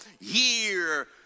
year